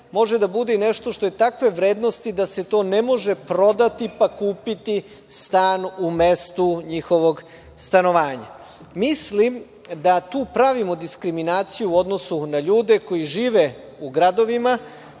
može da bude nešto što je takve vrednosti da se to ne može prodati pa kupiti u stan u mestu njihovog stanovanja. Mislim da tu pravimo diskriminaciju u odnosu na ljude koji žive u gradovima,